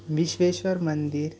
विश्वेश्वर मंदिर